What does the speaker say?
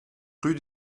rue